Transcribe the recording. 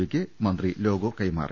പിക്ക് മന്ത്രി ലോഗോ കൈമാറി